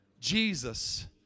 Jesus